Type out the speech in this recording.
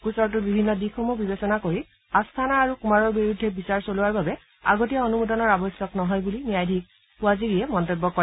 গোচৰটোৰ বিভিন্ন দিশসমূহ বিবেচনা কৰি আস্থানা আৰু কুমাৰৰ বিৰুদ্ধে বিচাৰ চলোৱাৰ বাবে আগতীয়া অনুমোদনৰ আৱশ্যক নহয় বুলি ন্যায়াধীশ ৱাজিৰিয়ে মন্তব্য কৰে